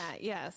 yes